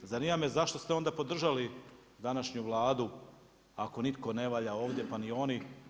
Zanima me zašto ste onda podržali današnju Vladu ako nitko ne valja ovdje, pa ni oni?